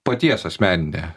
paties asmenine